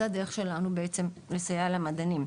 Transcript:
זו הדרך שלנו בעצם לסייע למדענים.